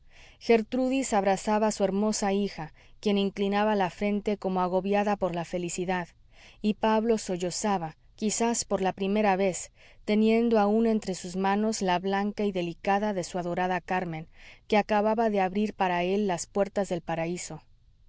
gertrudis abrazaba a su hermosa hija quien inclinaba la frente como agobiada por la felicidad y pablo sollozaba quizás por la primera vez teniendo aún entre sus manos la blanca y delicada de su adorada carmen que acababa de abrir para él las puertas del paraíso